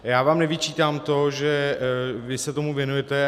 Já vám nevyčítám to, že vy se tomu věnujete.